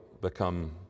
become